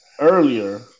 earlier